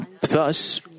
thus